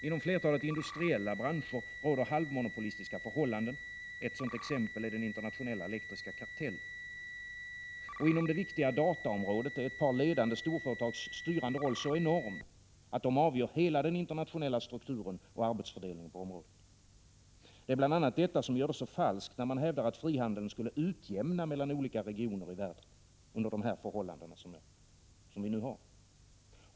Inom flertalet industriella branscher råder halvmonopolistiska förhållanden — ett sådant exempel är den internationella elektriska kartellen. Och inom det viktiga dataområdet är ett par ledande storföretags styrande roll så enorm, att de avgör hela den internationella strukturen och arbetsfördelningen på området. Det är bl.a. detta som gör det så falskt, när man hävdar, att frihandeln under de förhållanden som nu råder skulle utjämnas mellan olika regioner i världen.